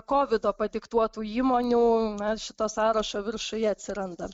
kovido padiktuotų įmonių na šito sąrašo viršuje atsiranda